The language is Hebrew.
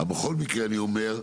בכל מקרה אני אומר,